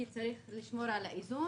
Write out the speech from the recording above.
כי צריך לשמור על האיזון.